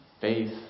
faith